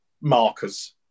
markers